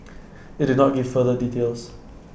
IT did not give further details